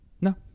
no